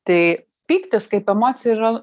tai pyktis kaip emocija yra